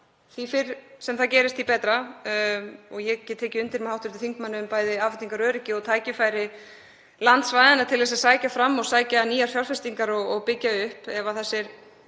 því fyrr sem það gerist, því betra. Ég get tekið undir með hv. þingmanni um bæði afhendingaröryggi og tækifæri landsvæðanna til að sækja fram og sækja nýjar fjárfestingar og byggja upp hvað varðar